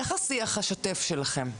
איך השיח השוטף שלכם?